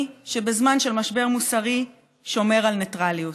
שבזמן של משבר מוסרי שומר על ניטרליות.